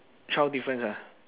twelve difference ah